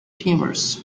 tumors